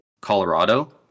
Colorado